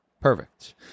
perfect